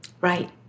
Right